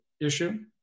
issue